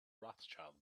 rothschild